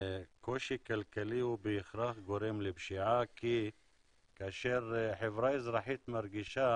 קושי כלכלי בהכרח גורם לפשיעה כי כאשר חברה אזרחית מרגישה